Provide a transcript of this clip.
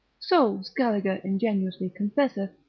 so scaliger ingenuously confesseth,